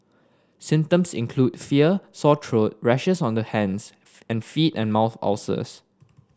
symptoms include fever sore throat rashes on the hands and feet and mouth ulcers